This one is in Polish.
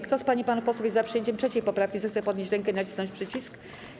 Kto z pań i panów posłów jest za przyjęciem 3. poprawki, zechce podnieść rękę i nacisnąć przycisk.